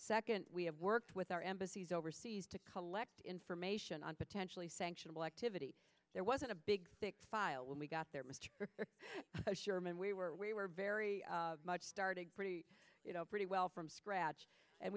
second we have worked with our embassies overseas to collect information on potentially sanctionable activity there wasn't a big thick file when we got there mr sherman we were we were very much started pretty you know pretty well from scratch and